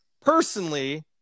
personally